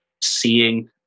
seeing